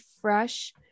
fresh